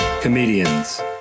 comedians